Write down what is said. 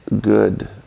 good